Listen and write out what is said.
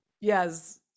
Yes